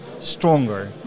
stronger